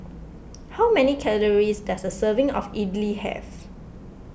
how many calories does a serving of Idly have